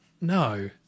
No